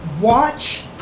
watch